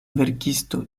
verkisto